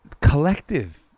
collective